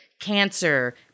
cancer